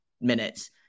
minutes